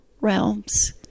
realms